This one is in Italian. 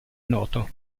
noto